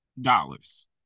dollars